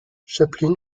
chaplin